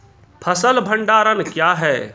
फसल भंडारण क्या हैं?